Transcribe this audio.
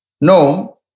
No